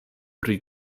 pri